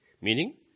Meaning